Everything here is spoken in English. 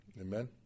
Amen